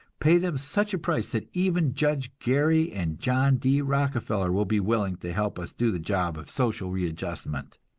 pay them such a price that even judge gary and john d. rockefeller will be willing to help us do the job of social readjustment!